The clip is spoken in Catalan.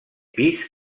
pis